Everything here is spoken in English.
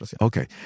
Okay